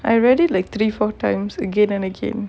I read it like three four times again and again